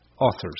authors